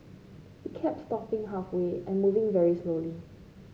it kept stopping halfway and moving very slowly